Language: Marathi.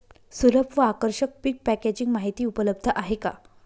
सुलभ व आकर्षक पीक पॅकेजिंग माहिती उपलब्ध आहे का?